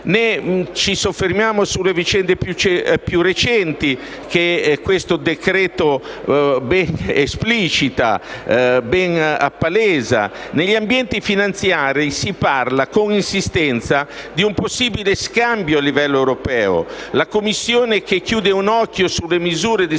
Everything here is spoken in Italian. mi soffermo sulle vicende più recenti che questo decreto ben esplicita. Negli ambienti finanziari si parla, con insistenza, di un possibile scambio, a livello europeo. La Commissione che chiude un occhio sulle misure di salvataggio